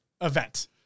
event